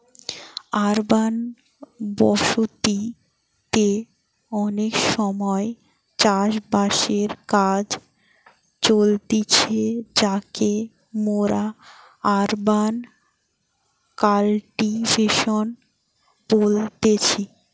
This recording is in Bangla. আরবান বসতি তে অনেক সময় চাষ বাসের কাজ চলতিছে যাকে মোরা আরবান কাল্টিভেশন বলতেছি